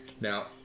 Now